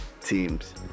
teams